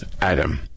Adam